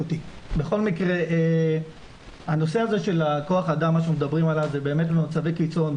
הנושא הזה של כוח אדם שמדברים עליו זה באמת במצבי קיצון,